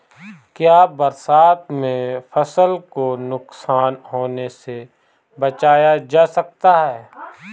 क्या बरसात में फसल को नुकसान होने से बचाया जा सकता है?